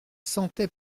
sentait